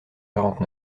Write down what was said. quarante